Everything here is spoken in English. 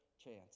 chance